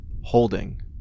holding